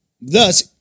thus